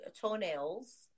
toenails